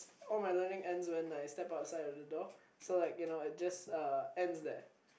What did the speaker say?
all my learning ends when I step outside the door so like it just uh ends there